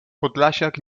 podlasiak